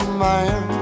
man